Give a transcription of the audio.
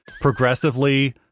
progressively